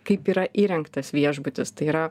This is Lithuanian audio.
kaip yra įrengtas viešbutis tai yra